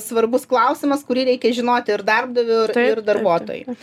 svarbus klausimas kurį reikia žinoti ir darbdaviui ir ir darbuotojui